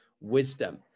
wisdom